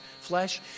flesh